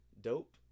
Dope